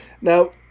Now